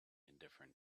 indifferent